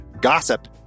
Gossip